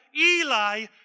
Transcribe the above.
Eli